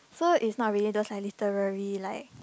so is not really those like literally like